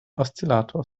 oszillators